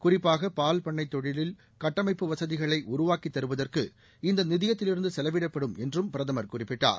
குறிப்பாக பால்பண்ணைத் தொழிலில் கட்டமைப்பு வசதிகளை உருவாக்கித் தருவதற்கு இந்த நிதியத்திலிருந்து செலவிடப்படும் என்றும் பிரதமர் குறிப்பிட்டார்